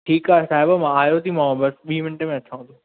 ठीकु आहे साहिबु मां आयोतीमांव बसि ॿीं मिंटें में अचांव